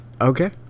Okay